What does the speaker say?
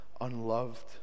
unloved